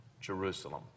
Jerusalem